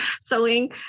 sewing